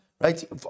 Right